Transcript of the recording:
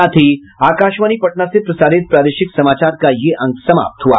इसके साथ ही आकाशवाणी पटना से प्रसारित प्रादेशिक समाचार का ये अंक समाप्त हुआ